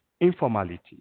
informality